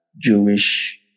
Jewish